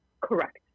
Correct